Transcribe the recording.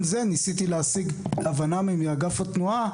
גם זה ניסיתי להשיג הבנה מאגף התנועה,